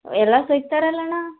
ಎಲ್ಲ ಸಿಕ್ತಾರೆ ಅಲ್ಲಣ್ಣ